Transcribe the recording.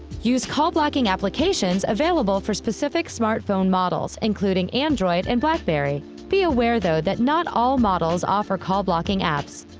use call blocking applications available for specific smartphone models, including android and blackberry. be aware, though, that not all models offer call blocking apps.